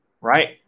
right